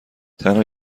تنها